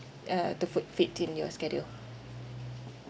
uh to foot fit in your schedule